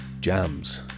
jams